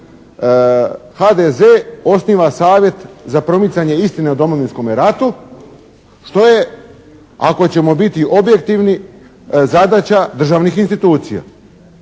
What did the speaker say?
HDZ osniva savjet za promicanje istine o Domovinskome ratu što je ako ćemo biti objektivni zadaća državnih institucija.